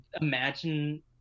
imagine